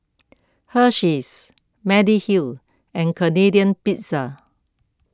Hersheys Mediheal and Canadian Pizza